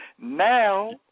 Now